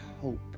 hope